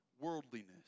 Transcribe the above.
worldliness